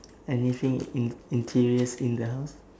anything in~ interior's in the house